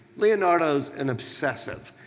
leonardo's an obsessive.